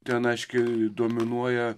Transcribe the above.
ten aiškiai dominuoja